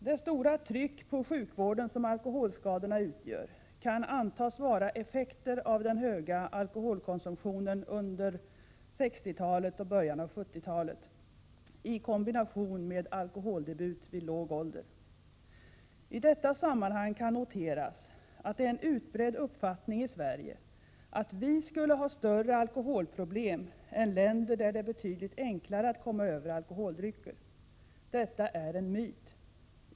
Det stora tryck på sjukvården som alkoholskadorna utgör kan antas vara effekter av den höga alkoholkonsumtionen under 1960-talet och början av 1970-talet i kombination med alkoholdebut vid låg ålder. I detta sammanhang kan noteras, att det är en utbredd uppfattning i Sverige att vi skulle ha större alkoholproblem än länder där det är betydligt enklare att komma över alkoholdrycker. Detta är dock en myt.